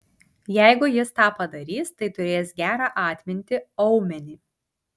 jeigu jis tą padarys tai turės gerą atmintį aumenį